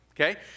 okay